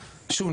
שוב,